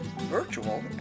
virtual